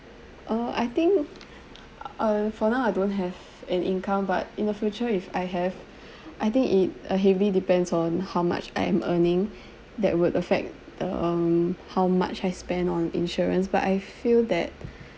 uh I think uh for now I don't have an income but in the future if I have I think it uh heavily depends on how much I am earning that would affect um how much I spend on insurance but I feel that